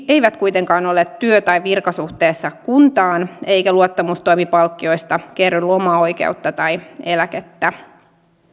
eivät kuitenkaan ole työ tai virkasuhteessa kuntaan eikä luottamustoimipalkkioista kerry lomaoikeutta tai eläkettä